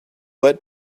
let